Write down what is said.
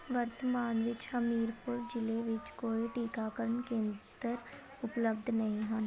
ਵਰਤਮਾਨ ਵਿੱਚ ਹਮੀਰਪੁਰ ਜ਼ਿਲ੍ਹੇ ਵਿੱਚ ਕੋਈ ਟੀਕਾਕਰਨ ਕੇਂਦਰ ਉਪਲਬਧ ਨਹੀਂ ਹਨ